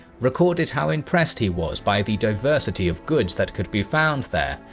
recorded how impressed he was by the diversity of goods that could be found there,